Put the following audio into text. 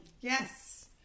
Yes